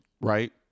Right